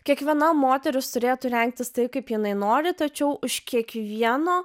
kiekviena moteris turėtų rengtis taip kaip jinai nori tačiau už kiekvieno